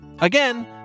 Again